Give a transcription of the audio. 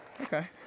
Okay